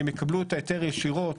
הם יקבלו את ההיתר ישירות